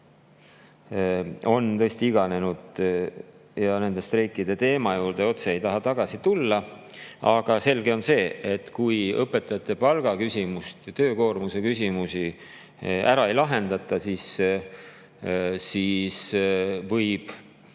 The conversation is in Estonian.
on tõesti iganenud. Streikide teema juurde otse ei taha tagasi tulla, aga selge on, et kui õpetajate palga küsimust ja töökoormuse küsimusi ära ei lahendata, siis võib